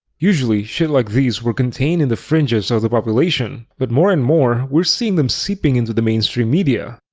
usually, shit like these were contained in the fringes of so the population, but more and more we're seeing them seeping into the mainstream media.